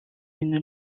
une